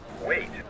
Wait